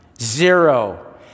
Zero